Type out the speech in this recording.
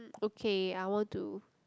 okay I want to